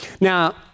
Now